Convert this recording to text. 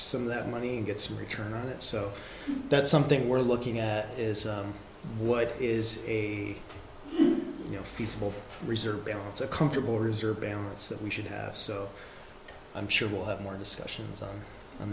some of that money and get some return on it so that's something we're looking at is what is a you know feasible reserve balance a comfortable orders or balance that we should have so i'm sure we'll have more discussions on on